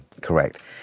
correct